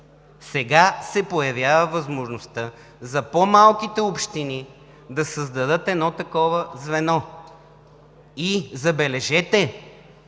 сега се появява възможността за по-малките общини да създадат едно такова звено. И, забележете,